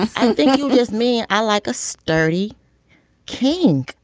i think you just me. i like a sturdy cane.